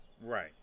Right